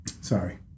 Sorry